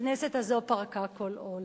הכנסת הזאת פרקה כל עול.